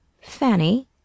Fanny